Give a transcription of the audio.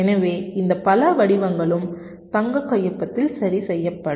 எனவே இந்த பல வடிவங்களும் தங்க கையொப்பத்தில் சரி செய்யப்படும்